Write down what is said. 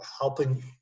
helping